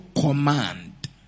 command